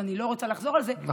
אני לא רוצה לחזור על זה,